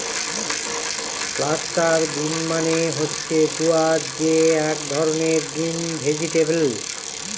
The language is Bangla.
ক্লাস্টার বিন মানে হচ্ছে গুয়ার যে এক ধরনের গ্রিন ভেজিটেবল